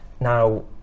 now